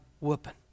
whooping